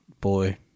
Boy